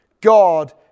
God